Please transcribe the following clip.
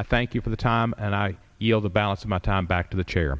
i thank you for the time and i yield the balance of my time back to the chair